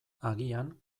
agian